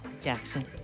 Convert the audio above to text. Jackson